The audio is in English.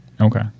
Okay